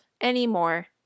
anymore